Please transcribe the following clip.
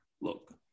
look